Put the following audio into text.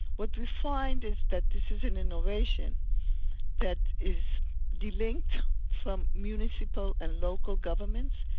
what we find is that this is an innovation that is de-linked from municipal and local governments,